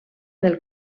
del